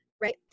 Right